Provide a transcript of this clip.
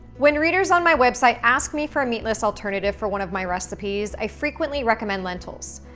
when readers on my website ask me for a meatless alternative for one of my recipes, i frequently recommend lentils.